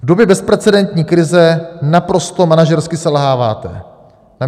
V době bezprecedentní krize naprosto manažersky selháváte.